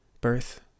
Birth